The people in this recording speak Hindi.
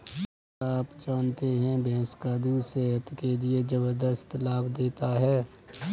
क्या आप जानते है भैंस का दूध सेहत के लिए जबरदस्त लाभ देता है?